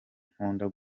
nkunda